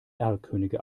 erlkönige